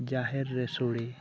ᱡᱟᱦᱮᱨ ᱨᱮ ᱥᱚᱲᱮ